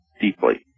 deeply